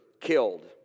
killed